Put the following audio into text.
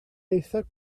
eithaf